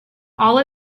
all